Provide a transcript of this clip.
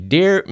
Dear